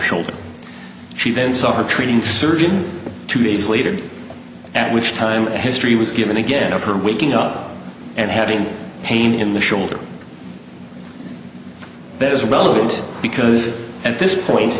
shoulder she then saw her treating surgeon two days later at which time a history was given again of her waking up and having pain in the shoulder that is a relevant because at this point